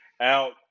out